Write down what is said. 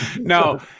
No